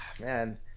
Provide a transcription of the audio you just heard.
man